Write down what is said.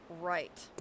Right